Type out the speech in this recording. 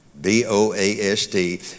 B-O-A-S-T